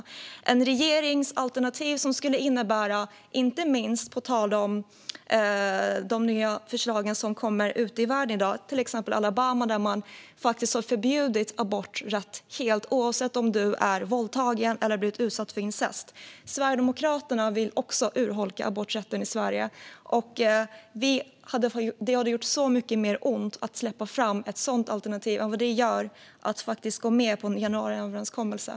Det är ett regeringsalternativ som skulle innebära mycket. Jag tänker inte minst på de nya förslag som kommer upp ute i världen i dag, till exempel i Alabama där man har förbjudit aborträtt helt och hållet oavsett om kvinnan har blivit våldtagen eller utsatt för incest. Sverigedemokraterna vill också urholka aborträtten i Sverige. Det hade gjort så mycket mer ont att släppa fram ett sådant alternativ än vad det gör att gå med på januariöverenskommelsen.